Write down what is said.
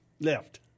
left